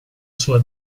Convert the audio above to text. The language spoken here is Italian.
sua